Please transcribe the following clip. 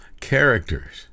characters